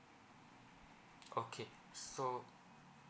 okay so